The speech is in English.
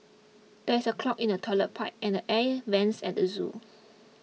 there is a clog in the Toilet Pipe and Air Vents at the zoo